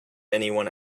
anyone